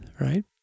right